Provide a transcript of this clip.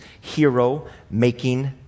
hero-making